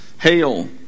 Hail